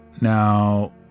Now